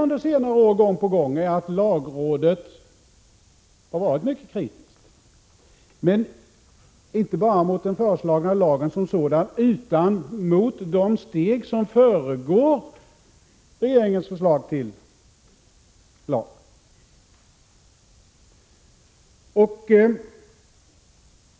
Under senare år har vi gång på gång fått uppleva att lagrådet har varit mycket kritiskt, inte bara mot den föreslagna lagen som sådan utan också mot de steg som föregår regeringens förslag till lag.